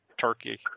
Turkey